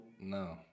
No